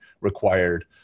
required